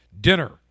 Dinner